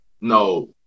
no